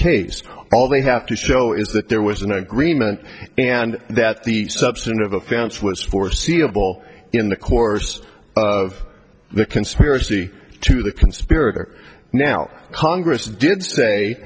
case all they have to show is that there was an agreement and that the substance of the founts was foreseeable in the course of the conspiracy to the conspirator now congress did say